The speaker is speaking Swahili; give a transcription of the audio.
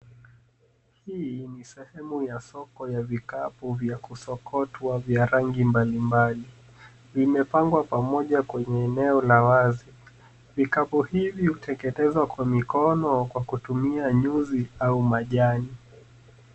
Hii ni sehemu ya soko ya vikapu vya kusokotwa vya rangi mbali mbali vimepangwa pamoja kwenye eneo la wazi. vikapu hivi hutengenezwa kwa mikono kwa kutumia nyuzi au majani.